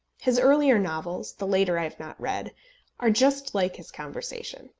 his earlier novels the later i have not read are just like his conversation.